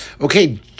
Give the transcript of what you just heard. okay